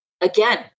again